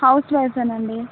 house వైఫేనండీ